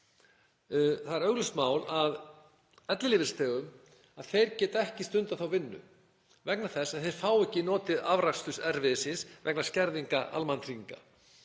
Það er augljóst mál að ellilífeyrisþegar geta ekki stundað vinnu vegna þess að þeir fá ekki notið afraksturs erfiðis síns vegna skerðinga almannatrygginga.